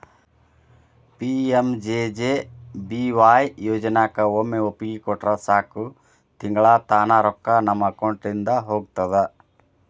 PMJJBY ಯೋಜನಾಕ ಒಮ್ಮೆ ಒಪ್ಪಿಗೆ ಕೊಟ್ರ ಸಾಕು ತಿಂಗಳಾ ತಾನ ರೊಕ್ಕಾ ನಮ್ಮ ಅಕೌಂಟಿದ ಹೋಗ್ತದ